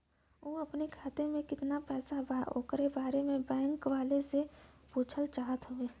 उ अपने खाते में कितना पैसा बा ओकरा बारे में बैंक वालें से पुछल चाहत हवे?